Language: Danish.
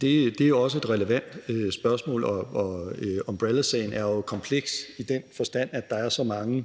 Det er også et relevant spørgsmål, og umbrellasagen er jo kompleks i den forstand, at der er så mange